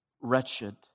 wretched